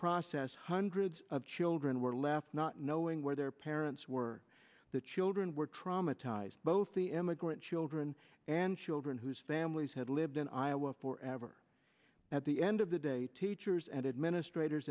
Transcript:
process hundreds of children were left not knowing where their parents were the children were traumatized both the emigrant children and children whose families had lived in iowa for ever at the end of the day teachers and administrator